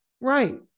right